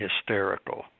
hysterical